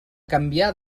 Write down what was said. canviar